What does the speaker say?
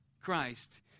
Christ